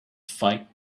fight